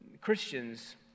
Christians